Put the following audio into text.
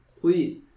Please